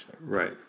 Right